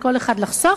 מכל אחד לחסוך,